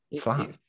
flat